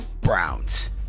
Browns